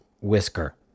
whisker